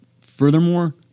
Furthermore